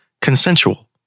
consensual